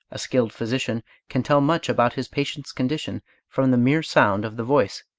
a skilled physician can tell much about his patient's condition from the mere sound of the voice.